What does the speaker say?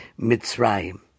Mitzrayim